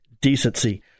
decency